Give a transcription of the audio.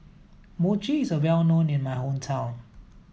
Mochi is well known in my hometown